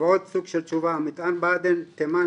ועוד סוג של תשובה: 'המטען בעדן תימן,